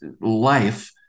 life